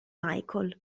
michael